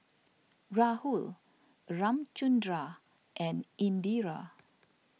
Rahul Ramchundra and Indira